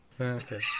okay